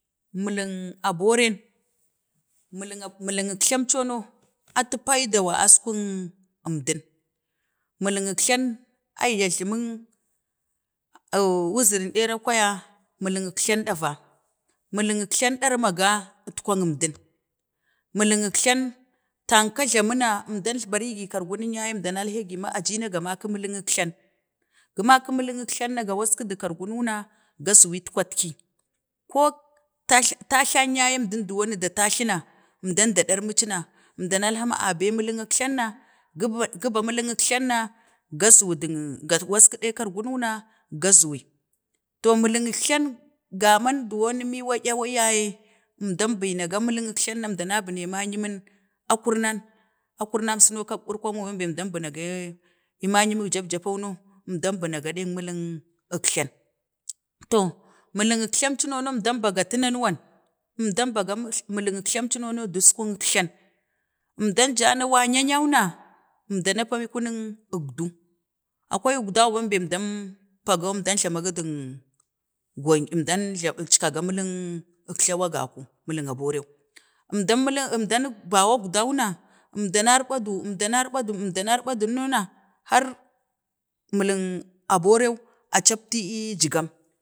Milink abore, milink aboreu, milink əkgtam co no, atu paidawa askung, əmdan miling əkjtan, ya jlamik ururing ɗera kwaya, miling əkjtan ɗava, miling əkjtan, ɗadmaga, itkwan əmdin, miling əkjtan, tangka jlamuna, əmdan bari gi kargunnin ya yee, əmdannan heegi na na i ajabi miling əkjlan, gumaki miling əkjtan na ga waku du kargunan na ga zuwi kwatki, kok, rajt, tajlan ya yee dowan əmdu da tajtu na, əmdan ya yee dowan əmdu da tajtu na, əmdan da ɗarmi ci na əmdan nalha ma a bet miling əkjjtan na, gu bo, guban miling əkjtan na, ga zuwu dung, wasku dek kargunu na ga zuwi to miling əkjtan, gaman dowan ma ma miwaya ye əmdan, bee na gan miling əkjtan əmdan na bune mayumin akuranan akurnanan suno, kak burkong bembe əmdan bunagee, ii mayumin japjapono, əmdan bunago dek miling əkjtan to miling əkjtan cuno na əmdan bagatu na nawan, əmdan baga miling əkjtan cuno no duskun jtan, əmdan ka na wanya nyin na, əmdan na pee kung ukdu akwai ukdau bembe əmdan pagou, əmdan jlama godu gongi əeka, ga miling əkjta wu gaku miling a borewu, əmdan mun, milinhg əmda nar ɓadu, əmdana ɓadu na har miling aboreu a captu ii gam